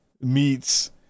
meets